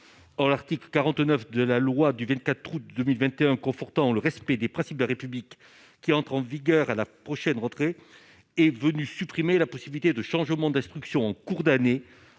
or l'article 49 de la loi du 24 août 2021, confortant le respect des principes de la République qui entre en vigueur à la prochaine rentrée est venu supprimer la possibilité de changement d'instructions en cours d'année,